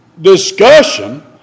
discussion